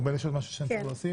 ארבל, יש משהו שצריך להוסיף?